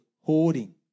hoarding